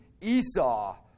Esau